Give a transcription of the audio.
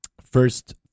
first